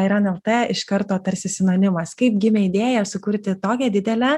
airan lt iš karto tarsi sinonimas kaip gimė idėja sukurti tokią didelę